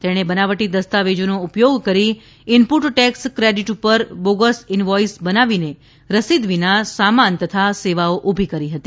તેણે બનાવટી દસ્તાવેજોનો ઉપયોગ કરી ઇનપુટ ટેક્સ ક્રેડિટ પર બોગસ ઇનવોઇસ બનાવીને રસીદ વિના સામાન તથા સેવાઓ ઉભી કરી હતી